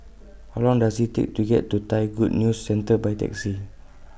How Long Does IT Take to get to Thai Good News Centre By Taxi